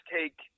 take